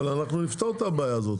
אבל אנחנו נפתור את הבעיה הזאת.